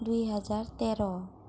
দুই হেজাৰ তেৰ